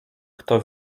kto